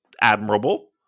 admirable